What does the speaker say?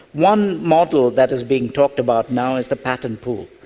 one model that is being talked about now is the patent pool,